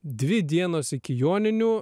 dvi dienos iki joninių